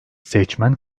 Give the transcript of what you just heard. seçmen